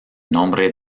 nombre